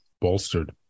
bolstered